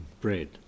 bread